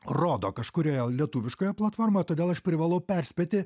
rodo kažkurioje lietuviškoje platformoj todėl aš privalau perspėti